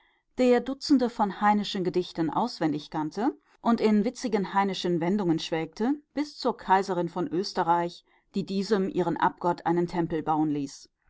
der dutzende von heineschen gedichten auswendig kannte und in witzigen heineschen wendungen schwelgte bis zur kaiserin von österreich die diesem ihren abgott einen tempel bauen ließ